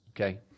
Okay